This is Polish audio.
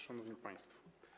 Szanowni Państwo!